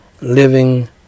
living